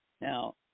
Now